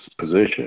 position